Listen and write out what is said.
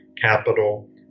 capital